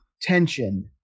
tension